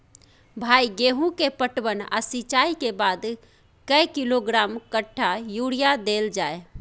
भाई गेहूं के पटवन आ सिंचाई के बाद कैए किलोग्राम कट्ठा यूरिया देल जाय?